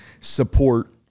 support